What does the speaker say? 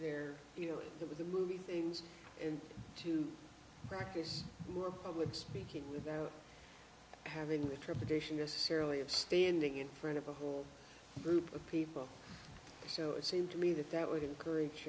there you know if there was a movie things and to practice work i would speak it without having the trepidation necessarily of standing in front of a whole group of people so it seemed to me that that would encourage